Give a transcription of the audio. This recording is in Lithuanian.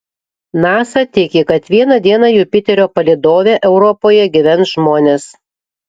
nasa tiki kad vieną dieną jupiterio palydove europoje gyvens žmonės